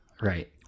Right